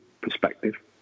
perspective